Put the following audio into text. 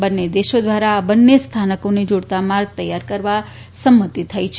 બન્ને દેશો દ્વારા આ બંને સ્થાનકોને જાડતા માર્ગ તૈયાર કરવા સંમતિ થઇ છે